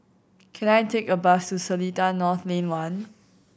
can I take a bus to Seletar North Lane One